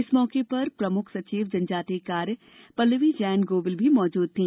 इस मौके पर प्रमुख सचिव जनजातीय कार्य श्रीमती पल्लवी जैन गोविल मौजूद थी